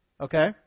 Okay